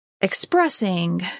expressing